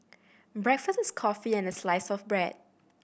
breakfast is coffee and a slice of bread